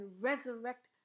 resurrect